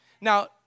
Now